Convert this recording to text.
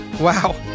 Wow